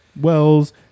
Wells